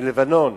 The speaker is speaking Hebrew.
מלבנון,